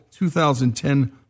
2010